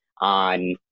on